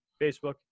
Facebook